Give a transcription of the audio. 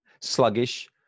sluggish